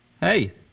Hey